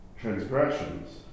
transgressions